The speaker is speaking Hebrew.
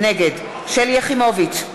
נגד שלי יחימוביץ,